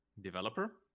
developer